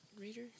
reader